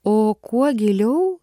o kuo giliau